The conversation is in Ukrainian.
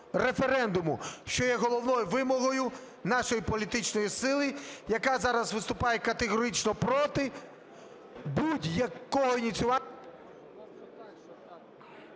що є головною вимогою нашої політичної сили, яка зараз виступає категорично проти будь-якої… ГОЛОВУЮЧИЙ.